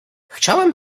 chciałem